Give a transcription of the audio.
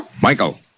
Michael